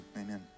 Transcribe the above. amen